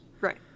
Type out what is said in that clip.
Right